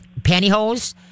pantyhose